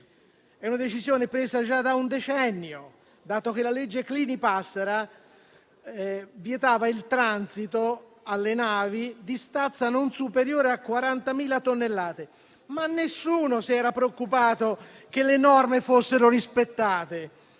È una decisione presa già da un decennio, dato che il decreto Clini-Passera vietava il transito alle navi di stazza superiore alle 40.000 tonnellate. Nessuno però si era preoccupato che le norme fossero rispettate.